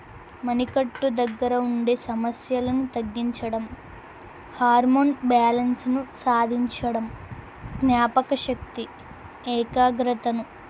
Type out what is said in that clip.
మణికట్టు దగ్గర ఉండే సమస్యలను తగ్గించడం హార్మోన్ బ్యాలెన్స్ను సాధించడం జ్ఞాపకశక్తి ఏకాగ్రతను